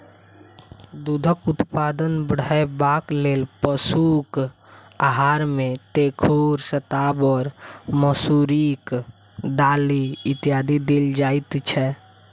दूधक उत्पादन बढ़यबाक लेल पशुक आहार मे तेखुर, शताबर, मसुरिक दालि इत्यादि देल जाइत छै